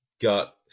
got